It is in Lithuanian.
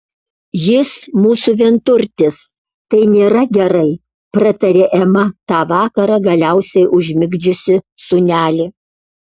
jis mūsų vienturtis tai nėra gerai pratarė ema tą vakarą galiausiai užmigdžiusi sūnelį